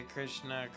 Krishna